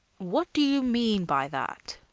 what do you mean by that?